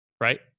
right